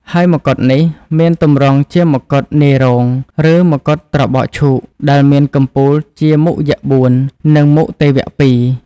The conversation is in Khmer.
ហើយមកុដនេះ មានទម្រង់ជាមកុដនាយរោង ឬមកុដត្របកឈូក តែមានកំពូលជាមុខយក្សបួន និងមុខទេវៈពីរ។